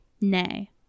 Nay